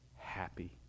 happy